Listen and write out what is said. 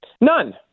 None